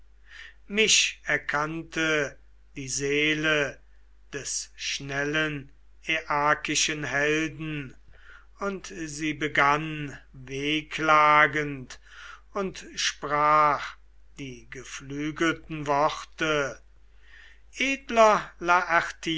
mich erkannte die seele des schnellen aiakaischen helden und sie begann wehklagend und sprach die geflügelten worte edler